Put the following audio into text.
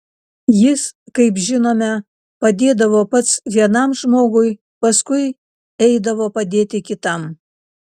jis kaip žinome padėdavo pats vienam žmogui paskui eidavo padėti kitam